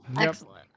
Excellent